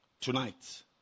Tonight